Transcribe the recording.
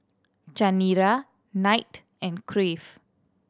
Chanira Knight and Crave